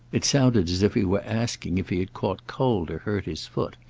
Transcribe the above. it sounded as if he were asking if he had caught cold or hurt his foot,